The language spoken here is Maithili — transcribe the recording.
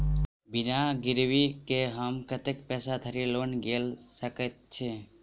बिना गिरबी केँ हम कतेक पैसा धरि लोन गेल सकैत छी?